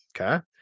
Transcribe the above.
okay